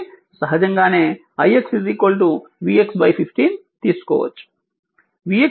కాబట్టి సహజంగానే ix v x 15 తీసుకోవచ్చు